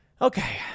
Okay